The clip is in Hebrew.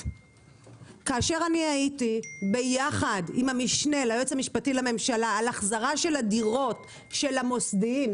כאשר אג'נדה של יועץ משפטי מנסה לגבור על החלטות של שר בממשלה,